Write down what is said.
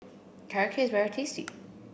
carrot cake is very tasty